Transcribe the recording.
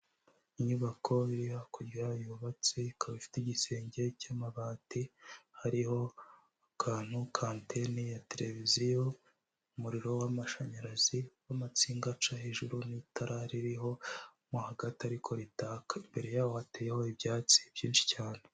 Inyubako iri hakurya yubatse, ikaba ifite igisenge cy'amabati, hariho akantu ka antene ya tereviziyo, umuriro w'amashanyarazi w'amatsinga aca hejuru n'itara ririho mo hagati ariko ritaka, imbere yaho wateyeho ibyatsi byinshi cyane.